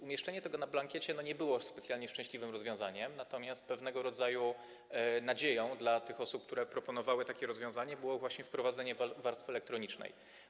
Umieszczenie tego na blankiecie nie było specjalnie szczęśliwym rozwiązaniem, natomiast pewnego rodzaju nadzieją dla tych osób, które proponowały takie rozwiązanie, było właśnie wprowadzenie warstwy elektronicznej.